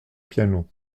piano